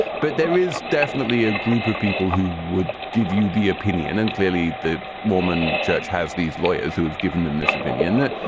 but there is definitely a group of people who would give you the opinion. and clearly the mormon church has these lawyers who have given them this opinion that,